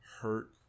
hurt